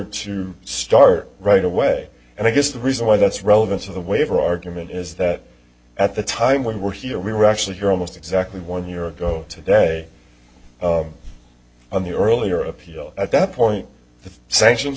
to start right away and i guess the reason why that's relevant to the waiver argument is that at the time we were here we were actually here almost exactly one year ago today on the earlier appeal at that point the sanctions